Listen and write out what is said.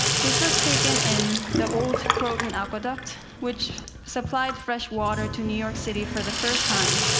this was taken in the old croton aqueduct, which supplied fresh water to new york city for the first time.